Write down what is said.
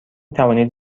توانید